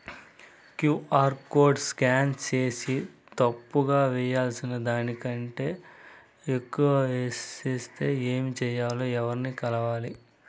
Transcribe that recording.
QR code scan సేసి తప్పు గా వేయాల్సిన దానికంటే ఎక్కువగా వేసెస్తే ఏమి సెయ్యాలి? ఎవర్ని కలవాలి?